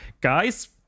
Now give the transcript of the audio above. guys